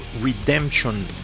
Redemption